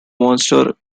monster